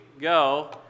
go